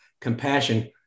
compassion